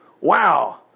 Wow